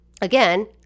again